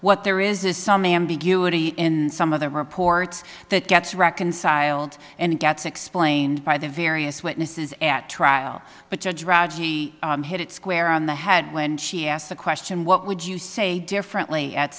what there is is some ambiguity in some of the reports that gets reconciled and gets explained by the various witnesses at trial but judge raji hit it square on the head when she asked the question what would you say differently at